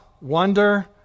wonder